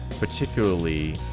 particularly